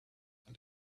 and